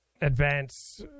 advance